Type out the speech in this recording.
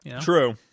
True